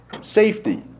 safety